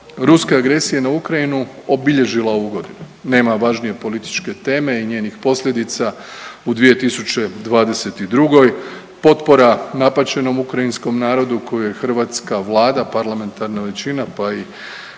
ruske agresije na Ukrajinu obilježila ovu godinu. Nema važnije političke teme i njenih posljedica u 2022., potpora napaćenom ukrajinskom narodu koju je hrvatska Vlada, parlamentarna većina, pa i